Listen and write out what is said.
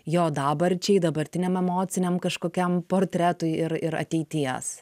jo dabarčiai dabartiniam emociniam kažkokiam portretui ir ir ateities